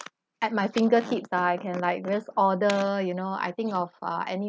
at my fingertips ah I can like just order you know I think of uh any